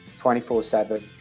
24-7